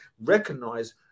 Recognize